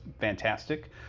fantastic